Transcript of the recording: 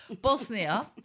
Bosnia